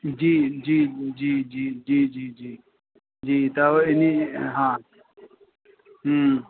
जी जी जी जी जी जी जी जी त इन्हीअ हा हम्म